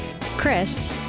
Chris